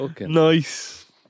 Nice